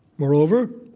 moreover,